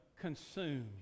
consume